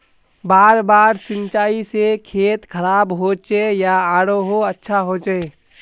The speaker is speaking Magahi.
बार बार सिंचाई से खेत खराब होचे या आरोहो अच्छा होचए?